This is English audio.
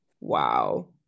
Wow